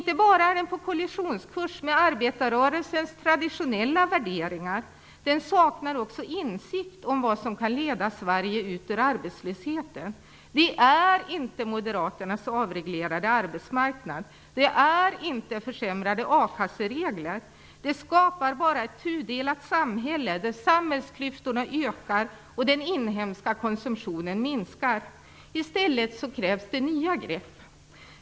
Den är inte bara på kollisionskurs med arbetarrörelsens traditionella värderingar - den saknar också insikt om vad som kan leda Sverige ut ur arbetslösheten. Det är inte Moderaternas avreglerade arbetsmarknad. Det är inte försämrade a-kasseregler. Det skapar bara ett tudelat samhälle, där samhällsklyftorna ökar och den inhemska konsumtionen minskar. I stället krävs det nya grepp.